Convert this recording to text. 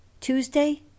Tuesday